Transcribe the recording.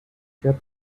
get